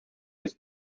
his